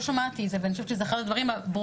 שמעתי את זה ואני חושבת שזה אחד הדברים הברורים.